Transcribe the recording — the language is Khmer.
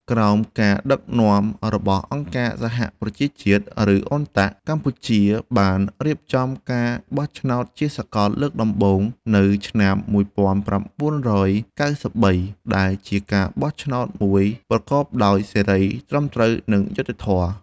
ក្រោមការដឹកនាំរបស់អង្គការសហប្រជាជាតិ ឬ UNTAC កម្ពុជាបានរៀបចំការបោះឆ្នោតជាសកលលើកដំបូងនៅឆ្នាំ១៩៩៣ ដែលជាការបោះឆ្នោតមួយប្រកបដោយសេរី ត្រឹមត្រូវ និងយុត្តិធម៌។